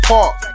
Park